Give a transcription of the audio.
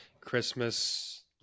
Christmas